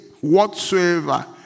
whatsoever